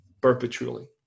perpetually